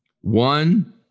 One